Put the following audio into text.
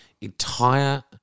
entire